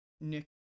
Nick